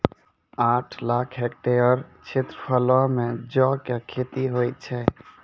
आठ लाख हेक्टेयर क्षेत्रफलो मे जौ के खेती होय छै